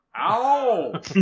Ow